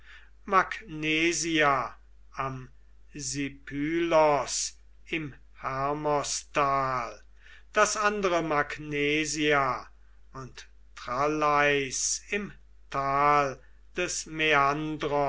magnesia am sipylos im hermostal das andere magnesia und tralleis im tal des